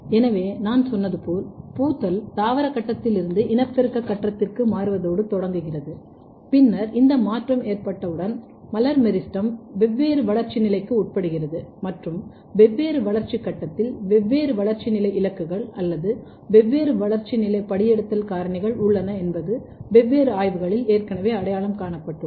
எனவே நான் சொன்னது போல் பூத்தல் தாவர கட்டத்தில் இருந்து இனப்பெருக்க கட்டத்திற்கு மாறுவதோடு தொடங்குகிறது பின்னர் இந்த மாற்றம் ஏற்பட்டவுடன் மலர் மெரிஸ்டெம் வெவ்வேறு வளர்ச்சி நிலைக்கு உட்படுகிறது மற்றும் வெவ்வேறு வளர்ச்சி கட்டத்தில் வெவ்வேறு வளர்ச்சி நிலை இலக்குகள் அல்லது வெவ்வேறு வளர்ச்சி நிலை படியெடுத்தல் காரணிகள் உள்ளன என்பது வெவ்வேறு ஆய்வுகளில் ஏற்கனவே அடையாளம் காணப்பட்டுள்ளது